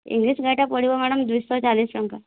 English ଗାଇଡ଼ଟା ପଡ଼ିବ madam ଦୁଇ ଶହ ଚାଳିଶ ଟଙ୍କା